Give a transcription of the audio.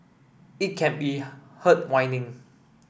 it can be heard whining